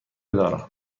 دارم